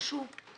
משהו?